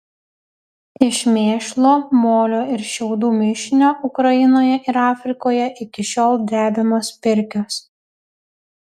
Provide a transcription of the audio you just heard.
iš mėšlo molio ir šiaudų mišinio ukrainoje ir afrikoje iki šiol drebiamos pirkios